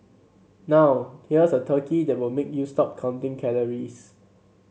now here's a turkey that will make you stop counting calories